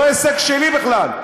לא הישג שלי בכלל.